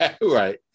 Right